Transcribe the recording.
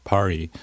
Party